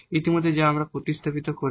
ইতিমধ্যে যা আমরা প্রতিস্থাপিত করেছি